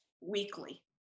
weekly